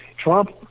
Trump